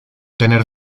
tener